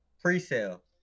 Pre-sale